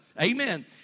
Amen